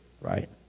right